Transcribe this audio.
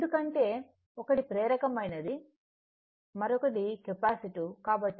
ఎందుకంటే ఒకటి ప్రేరకమైనది మరొకటి కెపాసిటివ్